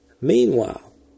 Meanwhile